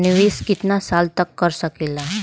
निवेश कितना साल तक कर सकीला?